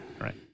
Right